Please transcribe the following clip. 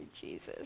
Jesus